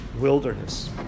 wilderness